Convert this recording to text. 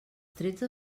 tretze